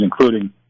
including